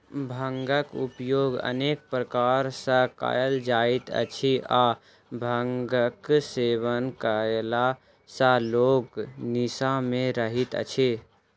भांगक उपयोग अनेक प्रकार सॅ कयल जाइत अछि आ भांगक सेवन कयला सॅ लोक निसा मे रहैत अछि